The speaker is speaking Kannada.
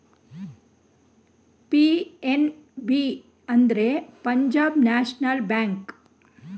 ಪಿ.ಎನ್.ಬಿ ಅಂದ್ರೆ ಪಂಜಾಬ್ ನ್ಯಾಷನಲ್ ಬ್ಯಾಂಕ್